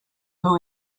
who